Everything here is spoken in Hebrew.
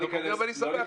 אבל אני שמח על כך.